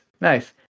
Nice